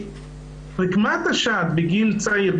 רקמת השד בגיל צעיר,